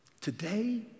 Today